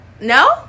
No